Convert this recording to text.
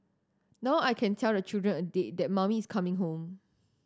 now I can tell the children a date that mummy is coming home